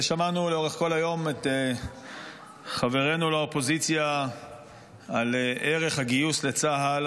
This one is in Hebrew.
ושמענו לאורך כל היום את חברינו לאופוזיציה על ערך הגיוס לצה"ל.